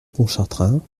pontchartrain